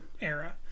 era